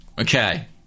Okay